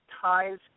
ties